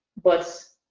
but